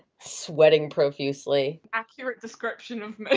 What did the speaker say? sweating profusely. accurate description of me.